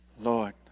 Lord